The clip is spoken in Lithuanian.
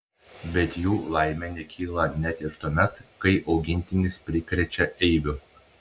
bet jų laimė nekyla net ir tuomet kai augintinis prikrečia eibių